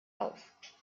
auf